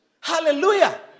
Hallelujah